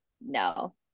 No